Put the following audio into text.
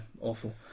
awful